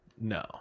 no